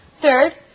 Third